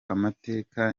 amateka